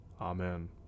Amen